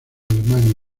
alemania